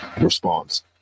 response